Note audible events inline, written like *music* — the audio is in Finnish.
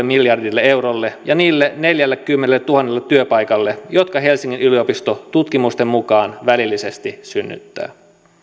*unintelligible* miljardille eurolle ja niille neljällekymmenelletuhannelle työpaikalle jotka helsingin yliopisto tutkimusten mukaan välillisesti synnyttää